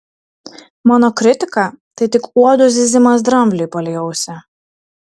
mano kritika tai tik uodo zyzimas drambliui palei ausį